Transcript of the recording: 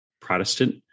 protestant